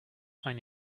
find